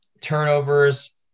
turnovers